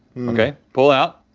okay, pull out.